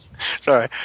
Sorry